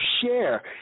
share